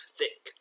thick